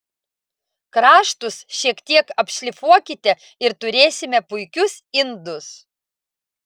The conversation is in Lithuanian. kraštus šiek tiek apšlifuokite ir turėsime puikius indus